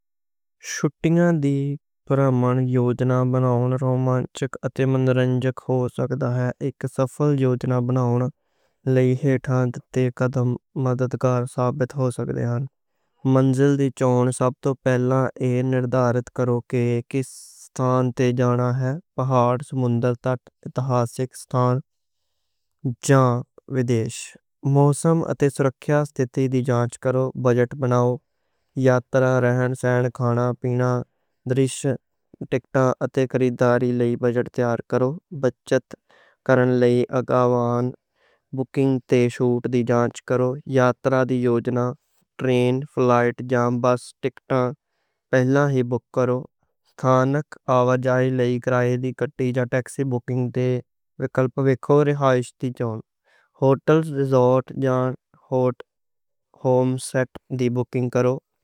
چھٹیاں دی یاترا یوجنا بناؤن، رومانچک اتے منورنجک ہو سکدا ہے۔ اک سفل یوجنا بناؤن لئی ترتیب وار قدم مددگار ثابت ہو سکدے ہن۔ منزل دی چون سب توں پہلا نردھارت کرو کہ، کِہ ستھان تے جانا ہے۔ پہاڑ، مندر، اتہاسک ستھان جاں ویدیش، موسم اتے سرکھیا ستر دی جانچ کرو، بجٹ بناؤ۔ یاترا، رہن سہن، کھانا پینا، درش دیکھتا اتے خریداری لئی بجٹ تیار کرو، بچت کرن لئی اگاؤں بُکنگ دی جانچ کرو۔